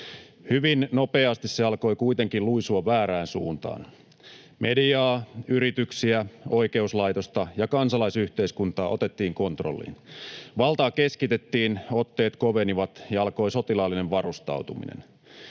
Hyvin nopeasti se alkoi kuitenkin luisua väärään suuntaan. Mediaa, yrityksiä, oikeuslaitosta ja kansalaisyhteiskuntaa otettiin kontrolliin. Valtaa keskitettiin, otteet kovenivat, ja alkoi sotilaallinen varustautuminen.